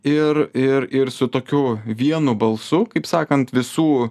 ir ir ir su tokiu vienu balsu kaip sakant visų